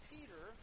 Peter